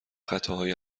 خطاهای